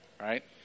right